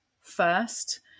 first